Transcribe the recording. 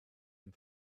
dem